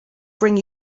bring